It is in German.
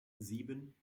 sieben